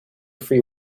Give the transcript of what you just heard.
free